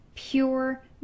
pure